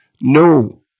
no